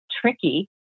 tricky